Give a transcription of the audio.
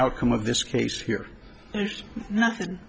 outcome of this case to there's nothing